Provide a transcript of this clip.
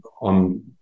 on